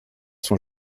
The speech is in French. son